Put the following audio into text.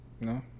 no